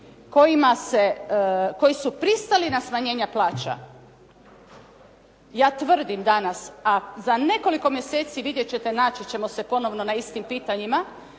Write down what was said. koji su pristali na smanjenja plaća ja tvrdim danas a za nekoliko mjeseci vidjet ćete naći ćemo se ponovo na istim pitanjima,